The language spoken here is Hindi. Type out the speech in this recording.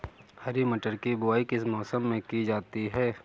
हरी मटर की बुवाई किस मौसम में की जाती है?